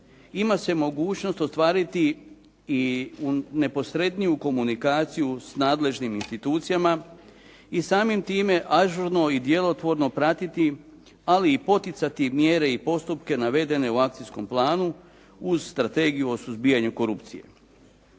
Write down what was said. ima se mogućnost ostvariti i u neposredniju komunikaciju s nadležnim institucijama i samim time ažurno i djelotvorno pratiti, ali i poticati mjere i postupke navedene u akcijskom planu uz strategiju o suzbijanju korupcije.